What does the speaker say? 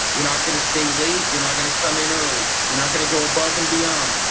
you're not going to stay late. you're not going to come in early. you're not going to go above and beyond.